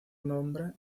nombre